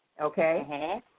okay